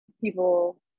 people